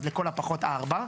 אז לכל הפחות ארבע.